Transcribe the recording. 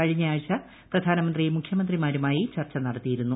കഴിഞ്ഞയാഴ്ച പ്രധാനമന്ത്രി മുഖ്യമന്ത്രിമാരുമായി ചർച്ച നടത്തിയിരുന്നു